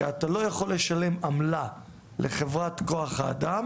שאתה לא יכול לשלם עמלה לחברת כוח האדם